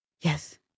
Yes